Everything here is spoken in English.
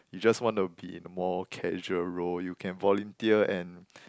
you just want to be in more casual role you can volunteer and